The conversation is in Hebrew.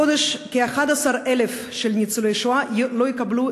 החודש כ-11,000 ניצולי שואה לא יקבלו